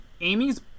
Amy's